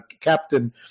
captain